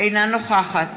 אינה נוכחת